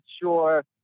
sure